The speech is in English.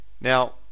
Now